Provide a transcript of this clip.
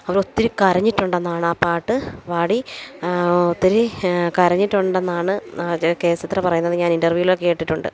അവരൊത്തിരി കരഞ്ഞിട്ടുണ്ടെന്നാണാ പാട്ട് പാടി ഒത്തിരി കരഞ്ഞിട്ടുണ്ടെന്നാണ് അത് കെ എസ് ചിത്ര പറയുന്നത് ഞാനിന്റർവ്യൂലൊ കേട്ടിട്ടുണ്ട്